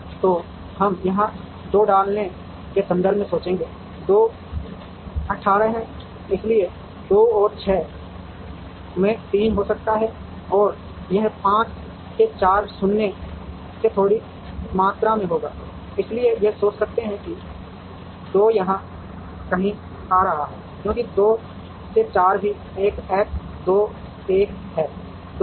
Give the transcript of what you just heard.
तो हम यहाँ 2 डालने के संदर्भ में सोचेंगे 2 18 है इसलिए 2 एक 6 में 3 हो सकता है या यह 5 से 4 शून्य से थोड़ी मात्रा में होगा इसलिए हम सोच सकते हैं कि 2 यहाँ कहीं आ रहा है क्योंकि 2 से 4 भी एक X 2 1 है 2 है